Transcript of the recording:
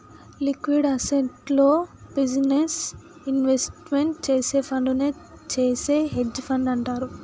liquid అసెట్స్లో business investment చేసే ఫండునే చేసే హెడ్జ్ ఫండ్ అంటారు